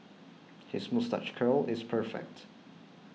his moustache curl is perfect